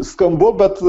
skambu bet